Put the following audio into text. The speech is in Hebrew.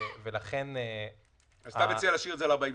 אז אתה מציע להשאיר את זה על 40,